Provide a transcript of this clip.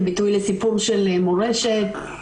כביטוי לסיפור של מורשת,